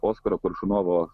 oskaro koršunovo